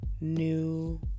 new